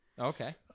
Okay